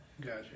Gotcha